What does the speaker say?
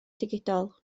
digidol